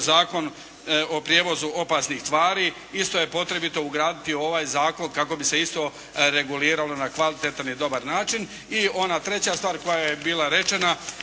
Zakon o prijevozu opasnih tvari isto je potrebito ugraditi u ovaj zakon kako bi se isto reguliralo na kvalitetan i dobar način. I ona treća stvar koja je bila rečena